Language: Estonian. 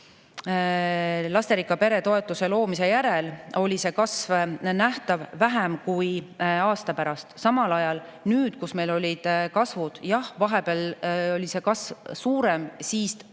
lasterikka pere toetuse loomise järel oli see kasv nähtav vähem kui aasta pärast. Samal ajal nüüd, kus meil oli kasv, jah, vahepeal oli see kasv suurem, siis tuli